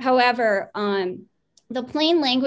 however the plain language